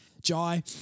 Jai